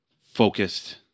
focused